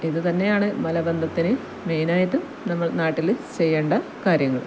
ഇതുതന്നെയാണ് മലബന്ധത്തിന് മെയിനായിട്ടും നമ്മൾ നാട്ടിൽ ചെയ്യേണ്ട കാര്യങ്ങൾ